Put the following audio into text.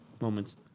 moments